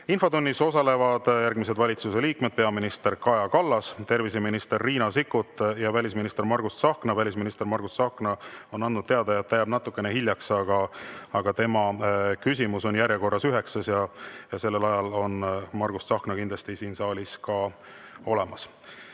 Infotunnis osalevad järgmised valitsusliikmed: peaminister Kaja Kallas, terviseminister Riina Sikkut ja välisminister Margus Tsahkna. Välisminister Margus Tsahkna on andnud teada, et ta jääb natuke hiljaks, aga küsimus temale on järjekorras üheksas, seega selleks ajaks on Margus Tsahkna kindlasti siin saalis olemas.